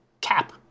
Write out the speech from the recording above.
cap